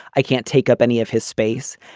i can't take up any of his space.